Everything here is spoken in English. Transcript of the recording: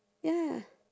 ya